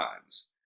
times